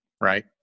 Right